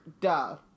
Duh